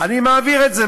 אני מעביר את זה,